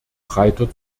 breiter